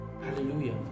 Hallelujah